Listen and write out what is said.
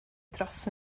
dros